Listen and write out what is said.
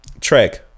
track